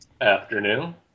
Afternoon